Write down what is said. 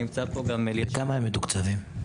בכמה הם מתוקצבים?